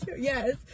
yes